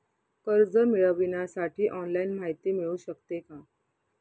कर्ज मिळविण्यासाठी ऑनलाईन माहिती मिळू शकते का?